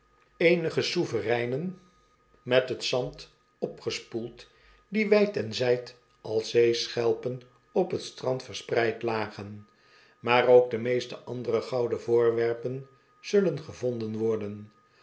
eenige souvereinen met t zand opgespoeld clie wijd en zijd als zeeschelpen op t strand verspreid lagen maar ook de meeste andere gouden voorwerpen zullen gevonden worden